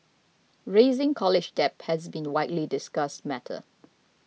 rising college debt has been a widely discussed matter